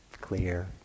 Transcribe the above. clear